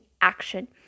action